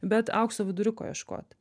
bet aukso viduriuko ieškoti